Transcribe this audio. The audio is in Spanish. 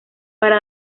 para